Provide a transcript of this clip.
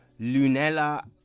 Lunella